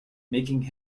making